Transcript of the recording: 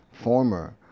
Former